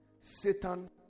Satan